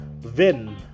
Vin